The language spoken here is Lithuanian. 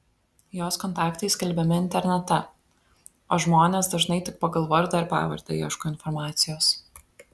jos kontaktai skelbiami internete o žmonės dažnai tik pagal vardą ir pavardę ieško informacijos